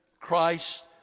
Christ